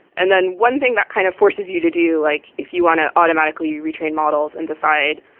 and then one thing that kind of forces you to do like if you want to automatically retrain models and decide,